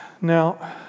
Now